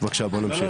בוא נמשיך.